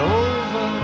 over